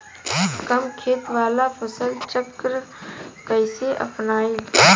कम खेत वाला फसल चक्र कइसे अपनाइल?